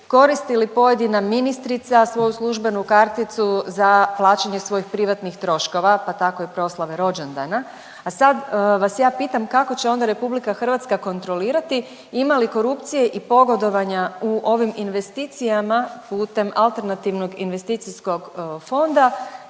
koristi li pojedina ministrica svoju službenu karticu za plaćanje svojih privatnih troškova, pa tako i proslave rođendana. A sad vas ja pitam, kako će onda RH kontrolirati ima li korupcije i pogodovanja u ovim investicijama putem AIF-a teško, teških jednu